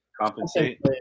compensate